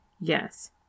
Yes